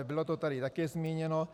Bylo to tady také zmíněno.